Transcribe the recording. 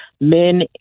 Men